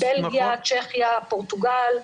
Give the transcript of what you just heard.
בלגיה, צ'כיה, פורטוגל,